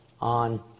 on